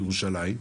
בירושלים,